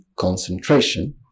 concentration